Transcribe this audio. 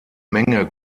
menge